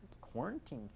Quarantine